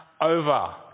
over